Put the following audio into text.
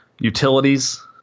Utilities